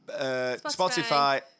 Spotify